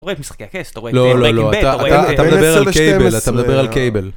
אתה רואה את משחקי הכס, אתה רואה את american, אתה מדבר על קייבל, אתה מדבר על קייבל.